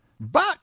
But